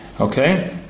Okay